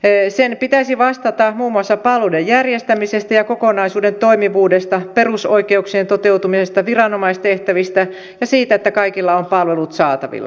sen pitäisi vastata muun muassa palveluiden järjestämisestä ja kokonaisuuden toimivuudesta perusoikeuksien toteutumisesta viranomaistehtävistä ja siitä että kaikilla on palvelut saatavilla